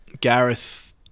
Gareth